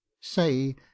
Say